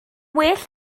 well